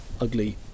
ugly